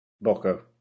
Boco